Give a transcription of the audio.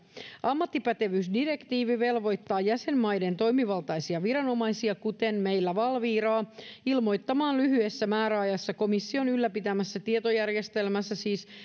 ammattipätevyysdirektiivi velvoittaa jäsenmaiden toimivaltaisia viranomaisia kuten meillä valviraa ilmoittamaan lyhyessä määräajassa komission ylläpitämässä tietojärjestelmässä siis